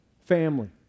family